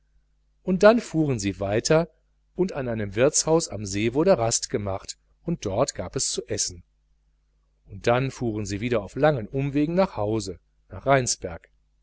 und dann fuhren sie weiter und an einem wirtshaus am see wurde rast gemacht und dort gab es zu essen und dann fuhren sie wieder auf langen umwegen nach hause nach rheinsberg